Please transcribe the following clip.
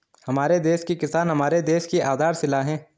हमारे देश के किसान हमारे देश की आधारशिला है